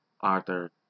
Arthur